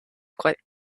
quite